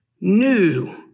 new